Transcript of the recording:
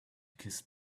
kiss